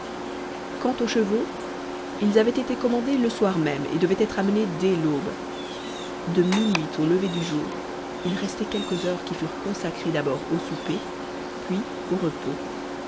quant aux chevaux ils avaient été commandés le soir même et devaient être amenés dès l'aube de minuit au lever du jour il restait quelques heures qui furent consacrées d'abord au souper puis au repos